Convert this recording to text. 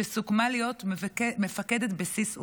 שסוכמה להיות מפקדת בסיס עובדה.